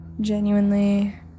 genuinely